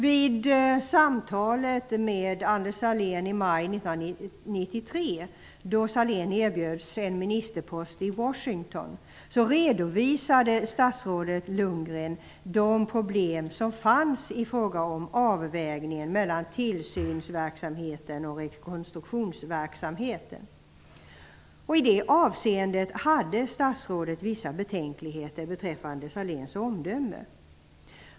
Vid samtalet med Anders Sahlén i maj 1993, då Sahlén erbjöds en ministerpost i Washington, redovisade statsrådet Lundgren de problem som fanns i fråga om avvägningen mellan tillsynsverksamheten och rekonstruktionsverksamheten. I det avseendet hade statsrådet vissa betänkligheter beträffande Sahléns omdöme.